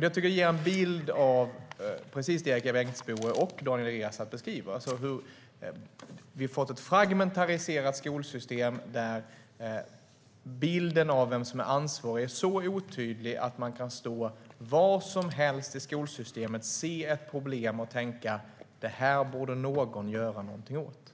Det tycker jag ger en bild av precis det Erik Bengtzboe och Daniel Riazat beskriver. Vi har fått ett fragmentiserat skolsystem där bilden av vem som är ansvarig är så otydlig att man kan stå var som helst i skolsystemet, se ett problem och tänka: Det här borde någon göra någonting åt.